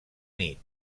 nit